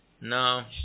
No